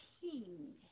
king